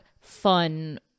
fun